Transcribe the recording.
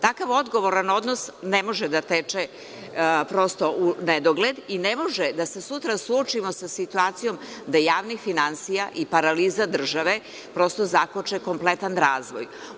Takav odgovoran odnos ne može da teče, prosto, u nedogled i ne možemo da se sutra suočimo sa situacijom da javnih finansija i paraliza države, prosto, zakoče kompletan razvoj.